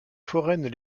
foraines